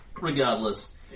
regardless